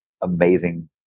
amazing